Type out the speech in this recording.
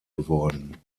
geworden